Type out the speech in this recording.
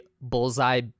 bullseye